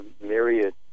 myriad